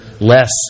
less